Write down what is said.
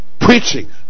preaching